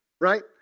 right